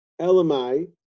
Elamai